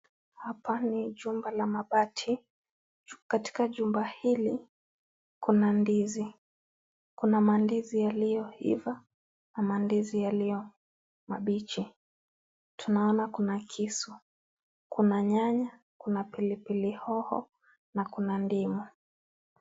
Hapa ni jumba la mabati. Katika jumba hili kuna ndizi. Kuna mandizi yaliyoiva na mandizi yaliyo mabichi. Tunaona kuna kisu, kuna nyanya, kuna pilipili hoho na kuna ndimu.